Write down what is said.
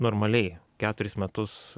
normaliai keturis metus